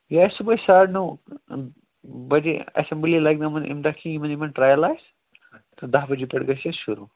یہِ آسہِ صُبحٲے ساڑٕ نَو بجے اٮ۪سَمبٕلی لَگہِ نہٕ یِمَن امہِ دۄہ کِہیٖنۍ ییٚمہِ دۄہ ٹرایِل آسہِ تہٕ دہ بَجے پٮ۪ٹھ گژھِ شروٗع